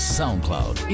Soundcloud